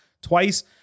twice